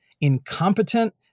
incompetent